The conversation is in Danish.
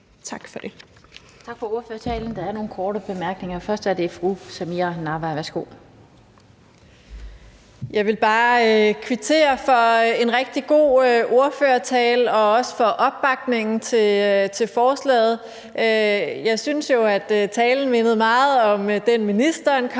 Tak for ordførertalen. Der er nogle korte bemærkninger. Først er det fra fru Samira Nawa. Værsgo. Kl. 17:02 Samira Nawa (RV): Jeg vil bare kvittere for en rigtig god ordførertale og også for opbakningen til forslaget. Jeg synes jo, at talen mindede meget om den, ministeren